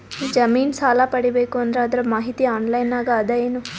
ಜಮಿನ ಸಾಲಾ ಪಡಿಬೇಕು ಅಂದ್ರ ಅದರ ಮಾಹಿತಿ ಆನ್ಲೈನ್ ನಾಗ ಅದ ಏನು?